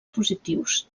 positius